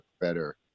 better